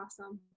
awesome